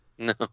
No